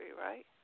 right